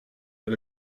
but